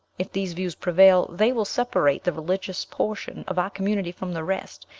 if these views prevail, they will separate the religious portion of our community from the rest,